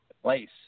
place